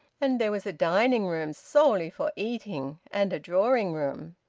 and there was a dining-room, solely for eating, and a drawing-room.